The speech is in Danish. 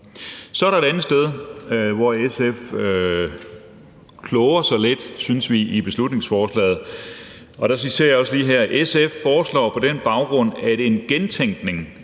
Så er der et andet sted, hvor SF kloger sig lidt, synes vi, i beslutningsforslaget. Der citerer jeg også lige her: »Socialistisk Folkeparti foreslår på den baggrund en gentænkning